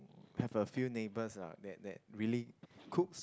have a few neighbours ah that that really cooks